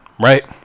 right